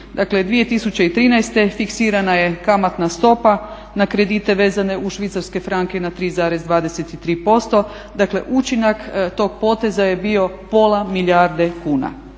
2013.fiksirana je kamatna stopa na kredite vezane u švicarske franke na 3,23%, dakle učinak tog poteza je bio pola milijarde kuna